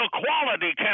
Equality